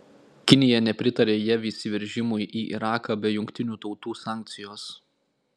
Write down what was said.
kinija nepritarė jav įsiveržimui į iraką be jungtinių tautų sankcijos